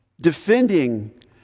defending